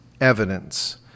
evidence